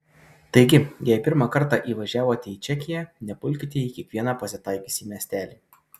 taigi jei pirmą kartą įvažiavote į čekiją nepulkite į kiekvieną pasitaikiusį miestelį